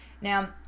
Now